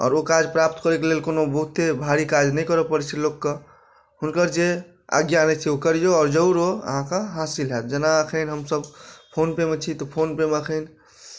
आओर ओ काज प्राप्त करयके लेल कोनो बहुते भारी काज नहि करय पड़ैत छै लोककेँ हुनकर जे आज्ञा रहैत छै ओ करियौ आओर जरूर ओ अहाँके हासिल होयत जेना एखन हमसभ फोन पेमे छी तऽ फोन पेमे एखन